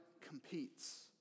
competes